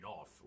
off